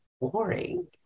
boring